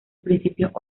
principios